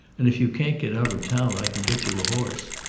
and if you can get out of town i can get you a horse.